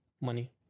money